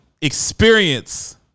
experience